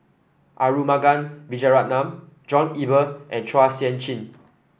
Arumugam Vijiaratnam John Eber and Chua Sian Chin